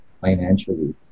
financially